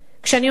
כשאני אומרת,